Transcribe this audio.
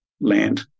land